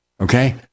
Okay